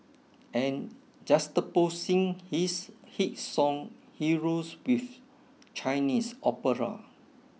and juxtaposing his hit song Heroes with Chinese opera